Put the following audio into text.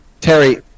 Terry